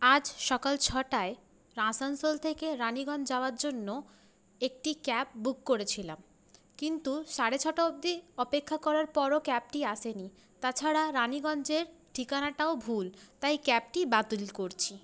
আজ সকাল ছটায় আসানসোল থেকে রাণীগঞ্জ যাওয়ার জন্য একটি ক্যাব বুক করেছিলাম কিন্তু সাড়ে ছটা অবধি অপেক্ষা করার পরও ক্যাবটি আসেনি তাছাড়া রাণীগঞ্জের ঠিকানাটাও ভুল তাই ক্যাবটি বাতিল করছি